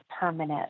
permanent